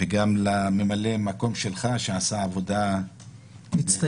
גם לממלא-המקום שלך, שעשה עבודה --- מצטיינת.